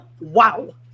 Wow